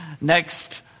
next